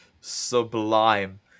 sublime